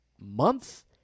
month